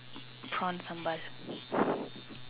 prawn sambal